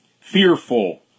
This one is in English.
fearful